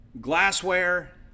glassware